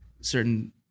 certain